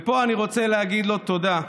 ופה אני רוצה להגיד לו תודה,